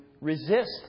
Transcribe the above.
resist